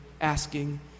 asking